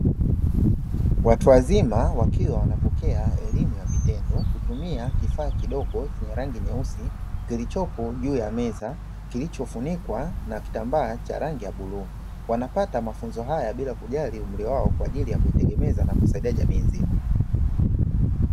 Watu wazima wakiwa wanapokea elimu ya vitendo, kutumia kifaa kidogo chenye rangi nyeusi kilichopo juu ya meza, kilichofunikwa na kitambaa cha rangi ya bluu. Wanapata mafunzo haya bila kujali umri wao kwa ajili ya kuitegemeza jamii nzima.